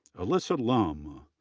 alyssa lum,